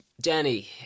Danny